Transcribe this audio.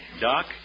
Doc